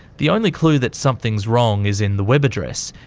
the only clue that something is wrong is in the web address,